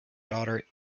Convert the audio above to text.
daughter